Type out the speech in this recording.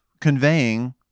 conveying